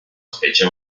specie